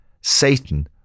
Satan